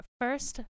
first